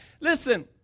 listen